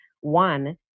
one